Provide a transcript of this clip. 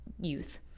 youth